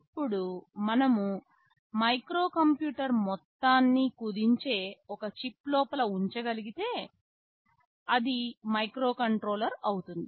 ఇప్పుడుమనం microcomputer మొత్తాన్ని కుదించి ఒకే చిప్ లోపల ఉంచగలిగితేఅది మైక్రోకంట్రోలర్ అవుతుంది